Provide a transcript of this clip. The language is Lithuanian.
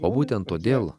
o būtent todėl